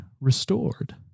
restored